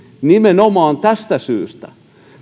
nimenomaan tästä syystä